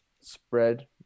spread